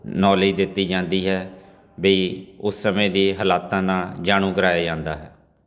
knowledge ਦਿੱਤੀ ਜਾਂਦੀ ਹੈ ਬਈ ਉਸ ਸਮੇਂ ਦੇ ਹਾਲਾਤਾਂ ਨਾਲ ਜਾਣੂ ਕਰਾਇਆ ਜਾਂਦਾ ਹੈ